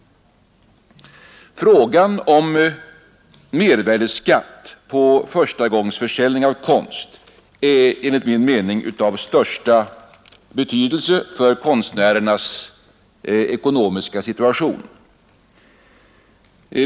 Frågan om mervärdeskatt på förstagångsförsäljning av konst är enligt min mening av största betydelse för konstnärernas ekonomiska situation.